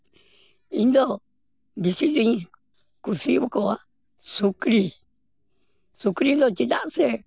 ᱤᱧ ᱫᱚ ᱵᱮᱥᱤ ᱠᱩᱥᱤᱭᱟᱠᱚᱣᱟ ᱥᱩᱠᱨᱤ ᱥᱩᱠᱨᱤ ᱫᱚ ᱪᱮᱫᱟᱜ ᱥᱮ